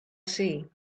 see